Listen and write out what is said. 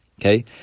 okay